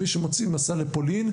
מי שמוציא מסע לפולין,